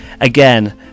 again